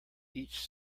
each